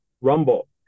Rumble